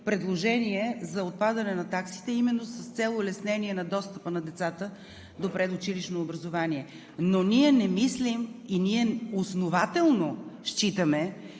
предложение за отпадане на таксите именно с цел улеснение на достъпа на децата до предучилищно образование, но ние не мислим и основателно считаме,